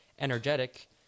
energetic